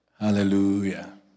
Hallelujah